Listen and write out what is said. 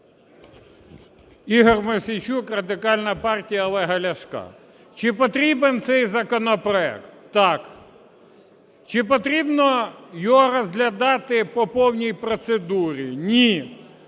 Ігор Мосійчук, Радикальна партія Олега Ляшка. Чи потрібен цей законопроект? Так. Чи потрібно його розглядати по повній процедурі? Ні.